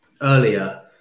earlier